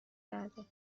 کرده